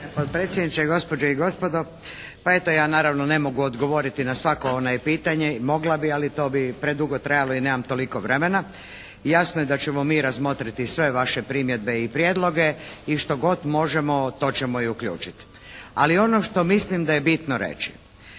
potpredsjedniče, gospođe i gospodo, pa eto ja naravno ne mogu odgovoriti na svako pitanje. Mogla bi, ali to bi predugo trajalo i nemam toliko vremena. Jasno je da ćemo mi razmotriti sve vaše primjedbe i prijedloge i što god možemo to ćemo i uključiti. Ali ono što mislim da je bitno reći